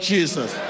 Jesus